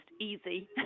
easy